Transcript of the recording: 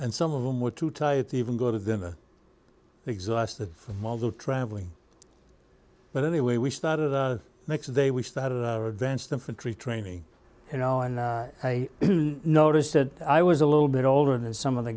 and some of them were too tired to even go to dinner exhausted from all the traveling but anyway we started the next day we started vance them from tree training you know and i noticed that i was a little bit older than some of the